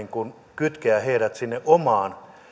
kytkeä heidät sinne omaan